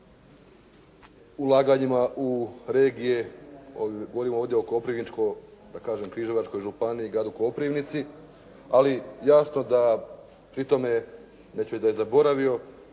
o ulaganjima u regije, govorim ovdje u Koprivničko-križevačkoj županiji, Gradu Koprivnici, ali jasno da pri tome, neću reći da je zaboravio,